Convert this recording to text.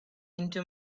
into